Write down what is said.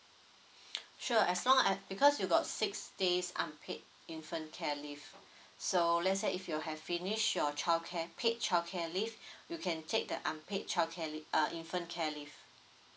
sure so long as because you got six days unpaid infant care leave so lets say if you have finished your childcare paid childcare leave you can take the unpaid childcare lea~ uh infant care leave